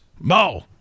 mo